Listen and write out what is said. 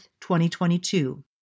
2022